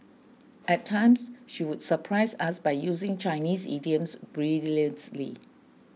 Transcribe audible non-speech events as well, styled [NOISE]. at times she would surprise us by using Chinese idioms [UNINTELLIGIBLE]